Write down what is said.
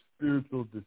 spiritual